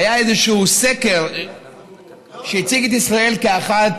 היה איזשהו סקר שהציג את ישראל כאחת